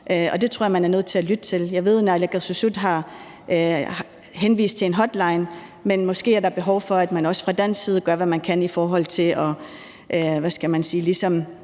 det tror jeg man er nødt til at lytte til. Jeg ved, at naalakkersuisut har henvist til en hotline, men måske er der behov for, at man også fra dansk side gør, hvad man kan, i forhold til